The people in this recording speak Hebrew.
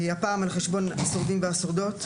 הפעם על חשבון השורדים והשורדות,